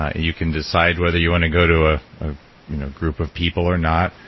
ah you can decide whether you want to go to a ah you know group of people or not.